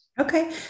Okay